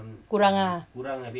kurang lah